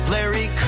Larry